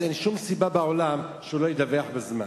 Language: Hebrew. אז אין שום סיבה בעולם שהוא לא ידווח בזמן.